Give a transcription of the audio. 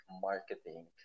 marketing